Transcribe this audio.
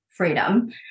freedom